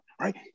right